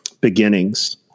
beginnings